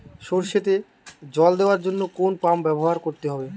সরষেতে জল দেওয়ার জন্য কোন পাম্প ব্যবহার করতে হবে?